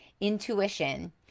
intuition